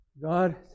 God